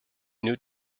new